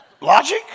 Logic